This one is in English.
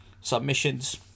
submissions